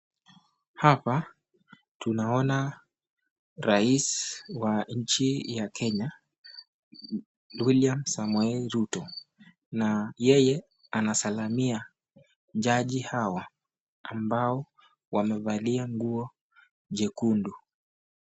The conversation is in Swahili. Hapa tunaona rais wa nchi ya Kenya Wiliam Samoei Ruto na yeye anasalamia jaji hawa ambao wamevalia nguo jekundu.